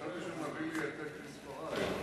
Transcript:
הוא מביא לי העתק מספרי.